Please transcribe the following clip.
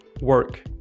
work